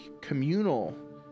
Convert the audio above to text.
communal